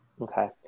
Okay